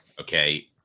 okay